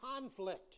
conflict